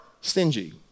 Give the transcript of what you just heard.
stingy